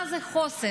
מה זה חוסן?